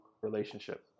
relationship